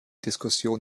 diskussion